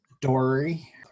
Dory